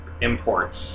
imports